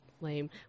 lame